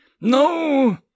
No